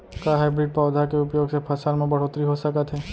का हाइब्रिड पौधा के उपयोग से फसल म बढ़होत्तरी हो सकत हे?